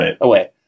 away